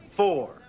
Four